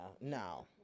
No